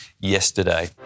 yesterday